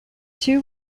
two